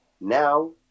Now